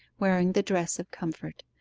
wearing the dress of comfort.